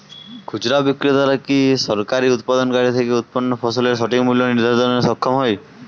খুচরা বিক্রেতারা কী সরাসরি উৎপাদনকারী থেকে উৎপন্ন ফসলের সঠিক মূল্য নির্ধারণে সক্ষম হয়?